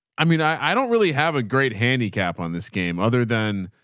i mean, i don't really have a great handicap on this game other than,